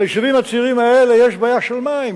ליישובים הצעירים האלה יש בעיה של מים.